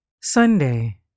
Sunday